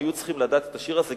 הם היו צריכים לדעת את השיר הזה,